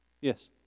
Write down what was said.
Yes